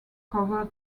cover